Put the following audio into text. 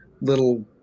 little